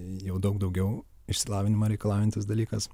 jau daug daugiau išsilavinimo reikalaujantis dalykas